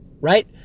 right